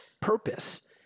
purpose